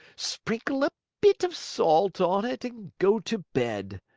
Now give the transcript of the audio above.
sprinkle a bit of salt on it, and go to bed.